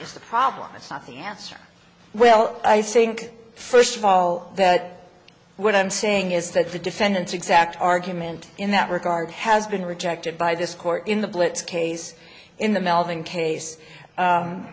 the problem it's not the answer well i think first of all what i'm saying is that the defendant's exact argument in that regard has been rejected by this court in the blitz case in the melding case